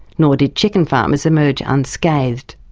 nor did chicken farmers emerge unscathed.